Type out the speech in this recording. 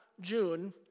June